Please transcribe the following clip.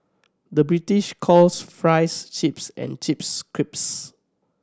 the British calls fries chips and chips crisps